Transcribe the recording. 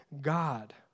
God